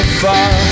far